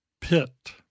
pit